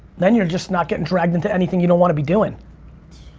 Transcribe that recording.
then you're just not getting dragged into anything you don't wanna be doing.